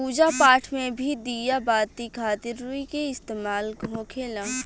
पूजा पाठ मे भी दिया बाती खातिर रुई के इस्तेमाल होखेला